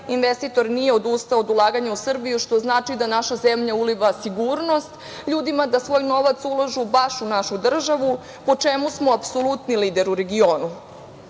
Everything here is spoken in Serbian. investitor nije odustao od ulaganja u Srbiju, što znači da naša zemlja uliva sigurnost ljudima da svoj novac ulažu baš u našu državu, po čemu smo apsolutni lider u regionu.